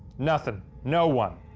nothing, no one.